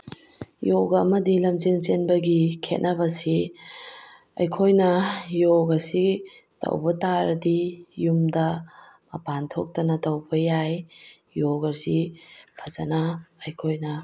ꯌꯣꯒꯥ ꯑꯃꯗꯤ ꯂꯝꯖꯦꯜ ꯆꯦꯟꯕꯒꯤ ꯈꯦꯠꯅꯕꯁꯤ ꯑꯩꯈꯣꯏꯅ ꯌꯣꯒꯥꯁꯤ ꯇꯧꯕꯇꯥꯔꯗꯤ ꯌꯨꯝꯗ ꯃꯄꯥꯟ ꯊꯣꯛꯇꯅ ꯇꯧꯕ ꯌꯥꯏ ꯌꯣꯒꯥꯁꯤ ꯐꯖꯅ ꯑꯩꯈꯣꯏꯅ